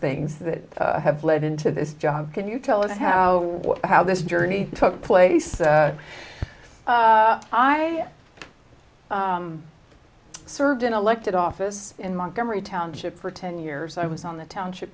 things that have led into this job can you tell us how how this journey took place i served in elected office in montgomery township for ten years i was on the township